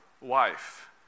wife